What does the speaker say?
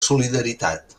solidaritat